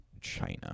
China